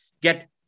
Get